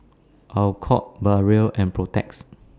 Alcott Barrel and Protex